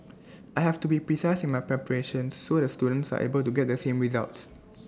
I have to be precise in my preparations so the students are able to get the same results